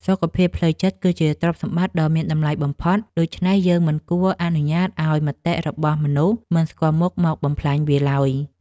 សុខភាពផ្លូវចិត្តគឺជាទ្រព្យសម្បត្តិដ៏មានតម្លៃបំផុត ដូច្នេះយើងមិនគួរអនុញ្ញាតឱ្យមតិរបស់មនុស្សមិនស្គាល់មុខមកបំផ្លាញវាឡើយ។